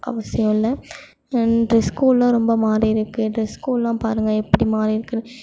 அவசியம் இல்லை ட்ரெஸ் கோட்டெலாம் ரொம்ப மாறி இருக்குது ட்ரெஸ் கோட்டெலாம் பாருங்க எப்படி மாறியிருக்குனு